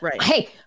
hey